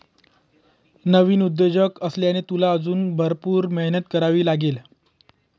नवीन उद्योजक असल्याने, तुला अजून भरपूर मेहनत करावी लागेल